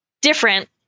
different